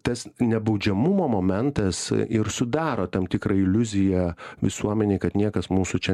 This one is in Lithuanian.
tas nebaudžiamumo momentas ir sudaro tam tikrą iliuziją visuomenėj kad niekas mūsų čia